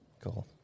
cool